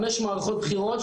חמש מערכות בחירות,